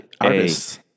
artists